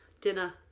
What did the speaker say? Dinner